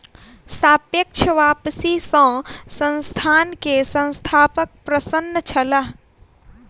सापेक्ष वापसी सॅ संस्थान के संस्थापक अप्रसन्न छलाह